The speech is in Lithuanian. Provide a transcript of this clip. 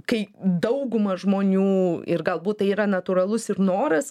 kai dauguma žmonių ir galbūt tai yra natūralus ir noras